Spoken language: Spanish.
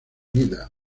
vida